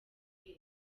hehe